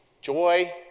joy